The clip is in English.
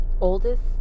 oldest